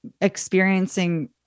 experiencing